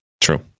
True